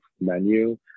menu